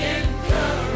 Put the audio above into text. encourage